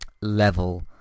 level